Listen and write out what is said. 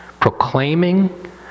proclaiming